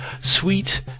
Sweet